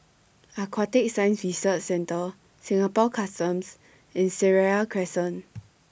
Aquatic Science Research Centre Singapore Customs and Seraya Crescent